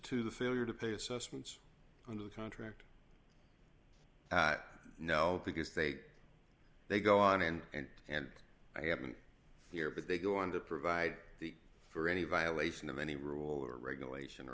to the failure to pay assessments under the contract no because they they go on and and i have been here but they go on to provide for any violation of any rule or regulation or